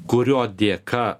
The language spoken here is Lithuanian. kurio dėka